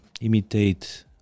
imitate